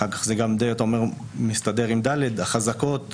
אחר כך אתה אומר שזה מסתדר עם (ד), החזקות.